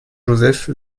joseph